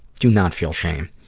do not feel shame.